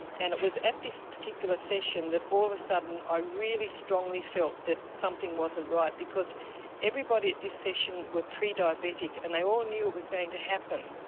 and it was at this particular session that all of a sudden i really strongly felt that something wasn't right because everybody at this session was pre-diabetic and they all knew it was going to happen.